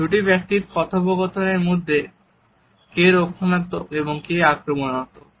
দুটি ব্যক্তির কথোপকথনের মধ্যে কে রক্ষণাত্মক এবং কে আক্রমণাত্মক